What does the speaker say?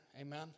amen